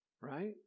right